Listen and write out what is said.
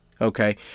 okay